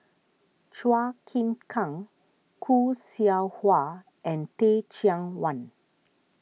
Chua Chim Kang Khoo Seow Hwa and Teh Cheang Wan